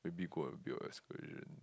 maybe go on a bit of excursion